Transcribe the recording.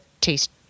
taste